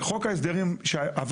זה מקובל